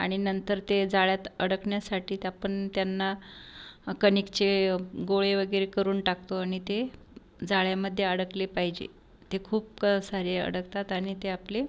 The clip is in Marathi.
आणि नंतर ते जाळ्यात अडकण्यासाठी त्या पण त्यांना कणिकचे गोळे वगैरे करून टाकतो आणि ते जाळ्यामध्येअडकले पाहिजे ते खूप क सारे अडकतात आणि ते आपले